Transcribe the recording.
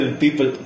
people